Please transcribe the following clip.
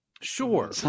Sure